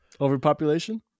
Overpopulation